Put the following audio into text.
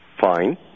Fine